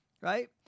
right